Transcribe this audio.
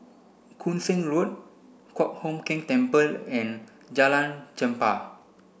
Koon Seng Road Kong Hock Keng Temple and Jalan Chempah